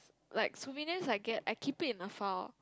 like souvenirs I get I keep it in a file